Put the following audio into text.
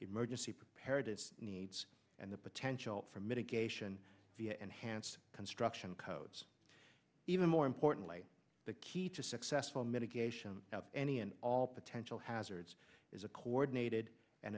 emergency preparedness needs and the potential for mitigation via enhanced construction codes even more importantly the key to successful mitigation of any and all potential hazards is a coordinated and